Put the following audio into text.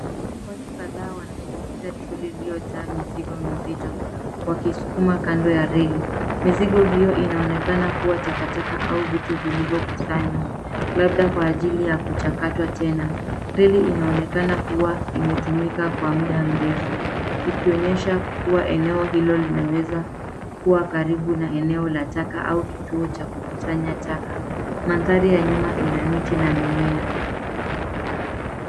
Watu kadhaa wanashinikiza trolley iliyojaa mizigo mizito wakisukuma kando ya reli. Mizigo hiyo inaonekana kuwa takataka au vitu vilivyokusanywa labda kwa ajili ya kuchakatwa tena. Reli inaonekana kuwa imetumika kwa muda mrefu ikionyesha kuwa eneo hilo linaweza kuwa karibu na eneo la taka au kituo cha kukusanya taka. Mandhari ya nyuma ina miti na mimea.